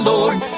Lord